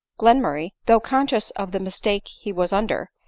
glenmurray, though conscious of the mistake he was under,